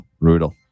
brutal